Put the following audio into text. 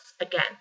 again